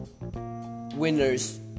winners